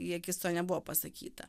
į akis to nebuvo pasakyta